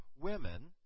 women